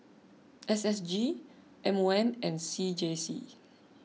S S G M O M and C J C